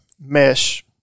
mesh